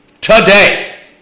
today